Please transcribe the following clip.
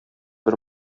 бер